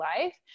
life